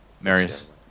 Marius